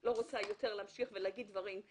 לא רוצה יותר להמשיך ולהגיד דברים.